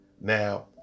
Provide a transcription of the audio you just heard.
Now